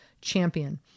champion